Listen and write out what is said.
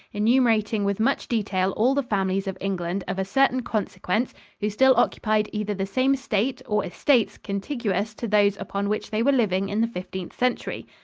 enumerating with much detail all the families of england of a certain consequence who still occupied either the same estate or estates contiguous to those upon which they were living in the fifteenth century.